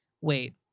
wait